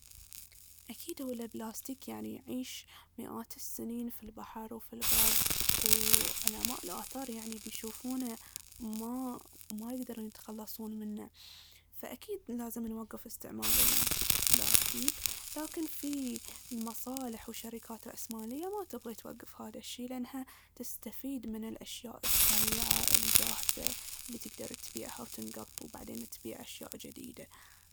أكيد هو البلاستيك يعني يعيش مئات السنين في البحر وفي البر. وعلماء الآثار يعني بيشوفونه ما- ما يقدرون يتخلصون منه. فأكيد لازم نوقف استعمال البلاستيك. لكن في مصالح وشركات رأس مالية ما ترضى توقف هذا الشي لأنها تستفيد من الأشياء السريعة الجاهزة اللي تقدر تبيعها وتنقط وبعدين تبيع أشياء جديدة.